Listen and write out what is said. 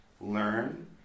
Learn